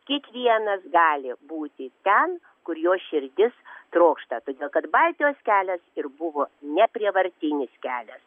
kiekvienas gali būti ten kur jo širdis trokšta todėl kad baltijos kelias ir buvo neprievartinis kelias